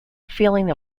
feeling